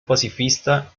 pacifista